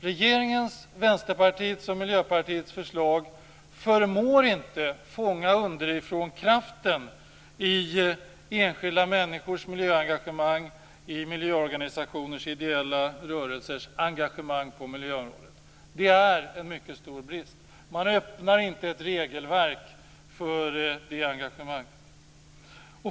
Regeringens, Vänsterpartiets och Miljöpartiets förslag förmår inte fånga underifrånkraften i enskilda människors miljöengagemang, i miljöorganisationers och i ideella rörelsers engagemang på miljöområdet. Det är en mycket stor brist. Man öppnar inte ett regelverk för det engagemanget.